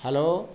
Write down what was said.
hello